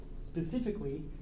Specifically